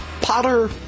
Potter